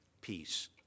peace